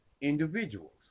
individuals